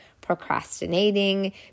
procrastinating